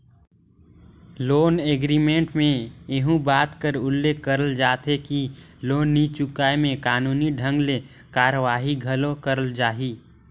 loan agreement में एहू बात कर उल्लेख करल जाथे कि लोन नी चुकाय में कानूनी ढंग ले कारवाही घलो करल जाही